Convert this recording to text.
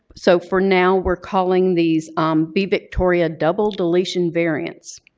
so for now we're calling these um b victoria double dilation variance.